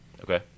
Okay